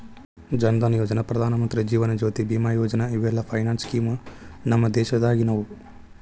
ಜನ್ ಧನಯೋಜನಾ, ಪ್ರಧಾನಮಂತ್ರಿ ಜೇವನ ಜ್ಯೋತಿ ಬಿಮಾ ಯೋಜನಾ ಇವೆಲ್ಲ finance scheme ನಮ್ ದೇಶದಾಗಿನವು